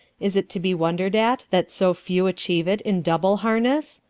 is it to be wondered at that so few achieve it in double harness?